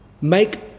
make